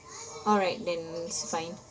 alright then it's fine